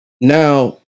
Now